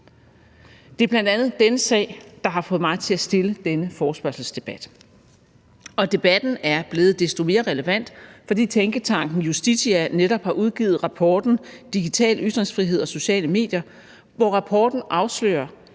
Det er bl.a. denne sag, der har fået mig til at rejse denne forespørgselsdebat, og debatten er blevet desto mere relevant, fordi tænketanken Justitia netop har udgivet rapporten »Digital ytringsfrihed og sociale medier«, hvor rapporten afslører,